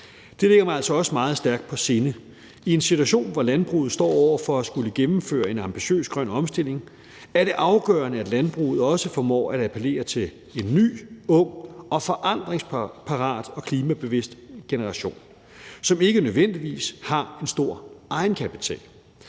Det ligger mig altså også meget stærkt på sinde. I en situation, hvor landbruget står over for at skulle gennemføre en ambitiøs grøn omstilling, er det afgørende, at landbruget også formår at appellere til en ny, ung og forandringsparat og klimabevidst generation, som ikke nødvendigvis har en stor egenkapital.